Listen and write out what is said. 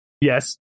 Yes